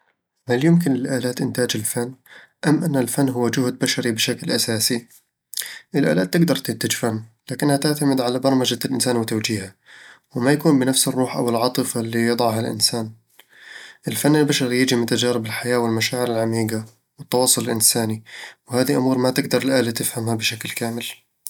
هل يمكن للآلات إنتاج الفن، أم أن الفن هو جهد بشري بشكل أساسي؟ الآلات تقدر تنتج فن، لكنها تعتمد على برمجة الإنسان وتوجيهه، وما يكون بنفس الروح أو العاطفة اللي يضعها الإنسان الفن البشري يجي من تجارب الحياة، والمشاعر العميقة، والتواصل الإنساني، وهذي أمور ما تقدر الآلة تفهمها بشكل كامل